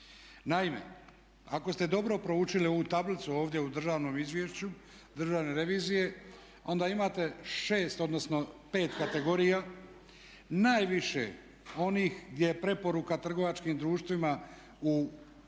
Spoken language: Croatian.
Naime, ako ste dobro proučili ovu tablicu ovdje u državnom izvješću Državne revizije onda imate 6 odnosno 5 kategorija najviše onih gdje je preporuka trgovačkim društvima u ispravku